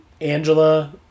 Angela